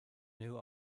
new